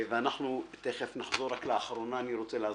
אני רוצה להזכיר,